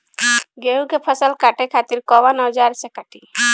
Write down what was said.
गेहूं के फसल काटे खातिर कोवन औजार से कटी?